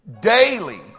Daily